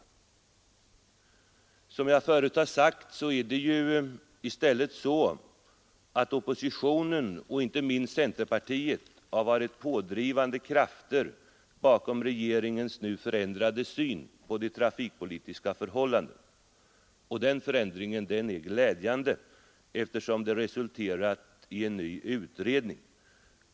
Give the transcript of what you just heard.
Som jag förut sagt är det ju i stället oppositionen och inte minst centerpartiet som har varit pådrivande krafter bakom regeringens nu ndrade syn på de trafikpolitiska förhållandena. Den glädjande, eftersom den resulterat i en ny utredning.